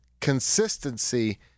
consistency